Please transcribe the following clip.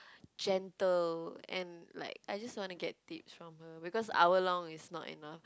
gentle and like I just wanna get tips from her because hour long is not enough